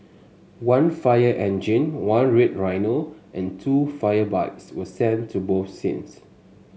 one fire engine one red rhino and two fire bikes were sent to both scenes